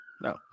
no